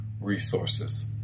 resources